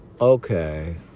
okay